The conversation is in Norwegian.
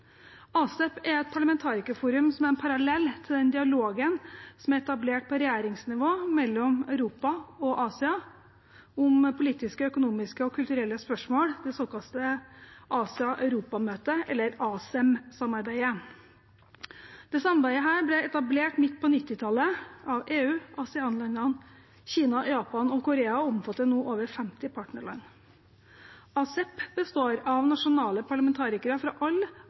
er et parlamentarikerforum som er en parallell til den dialogen som er etablert på regjeringsnivå mellom Europa og Asia om politiske, økonomiske og kulturelle spørsmål, det såkalte Asia-Europa-møtet, eller ASEM-samarbeidet. Dette samarbeidet ble etablert midt på 1990-tallet av EU og ASEAN-landene og Kina, Japan og Korea, og omfatter nå over 52 partnerland. ASEP består av nasjonale parlamentarikere fra alle